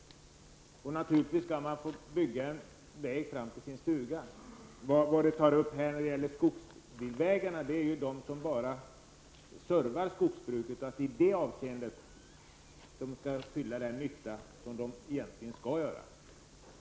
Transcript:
Man skall naturligtvis få bygga en väg fram till sin stuga. Det som Hans Dau tar upp här om skogsbilvägar gäller sådana vägar som bara servar skogsbruket. Det är i detta syfte som skogsbilvägarna skall användas.